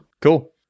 Cool